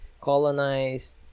colonized